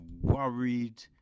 worried